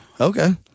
Okay